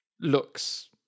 looks